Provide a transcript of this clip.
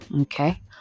okay